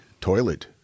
toilet